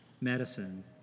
medicine